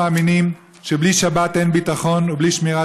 מאמינים שבלי שבת אין ביטחון ובלי שמירת